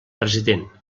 president